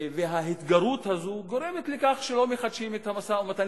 ההתגרות הזאת גורמת לכך שלא מחדשים את המשא-ומתן.